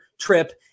trip